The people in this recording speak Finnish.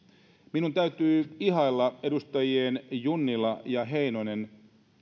minun täytyy ihailla edustajien junnila ja heinonen